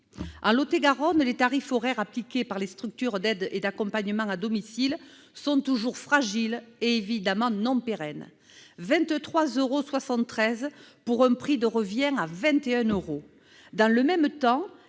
En Lot-et-Garonne, les tarifs horaires appliqués pour les structures d'aide et d'accompagnement à domicile sont toujours fragiles et évidemment non pérennes : 20,73 euros pour un prix de revient de 21 euros. Dans le même temps,